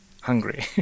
hungry